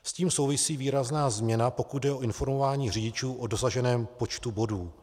S tím souvisí výrazná změna, pokud jde o informování řidičů o dosaženém počtu bodů.